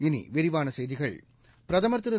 இனி விரிவான செய்திகள் பிரதமர் திரு